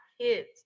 kids